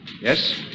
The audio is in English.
Yes